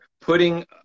putting